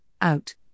out